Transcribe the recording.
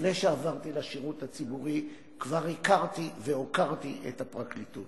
לפני שעברתי לשירות הציבורי כבר הכרתי והוקרתי את הפרקליטות.